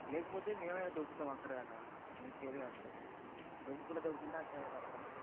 లేకపోతే మేమే దొబ్బుతాం అక్కడ దాక మీకు చేతకాకపోతే దొబ్బుకుంటా దొబ్బుకుంటూ అక్కడి దాక వస్తాం